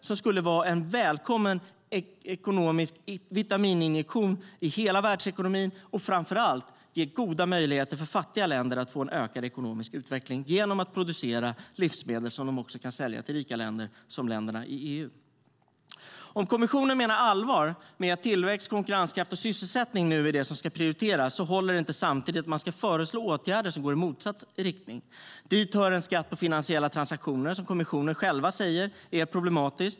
Det skulle vara en välkommen vitamininjektion i hela världsekonomin och framför allt ge goda möjligheter för fattiga länder att få en ökad ekonomisk utveckling genom att producera livsmedel som de kan sälja till rika länder som länderna i EU. Om kommissionen menar allvar med att tillväxt, konkurrenskraft och sysselsättning nu är det som ska prioriteras håller det inte att samtidigt föreslå åtgärder som går i motsatt riktning. Dit hör en skatt på finansiella transaktioner som kommissionen själv säger är problematisk.